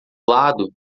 lado